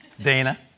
Dana